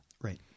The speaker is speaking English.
Right